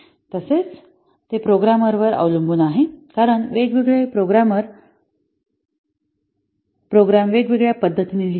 तसेच ते प्रोग्रामर वर अवलंबून आहे कारण वेगवेगळे प्रोग्रामर प्रोग्राम वेगवेगळ्या पद्धतीने लिहितात